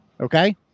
okay